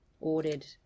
ordered